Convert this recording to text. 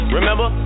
Remember